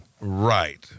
Right